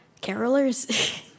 Carolers